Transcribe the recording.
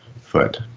foot